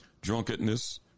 Drunkenness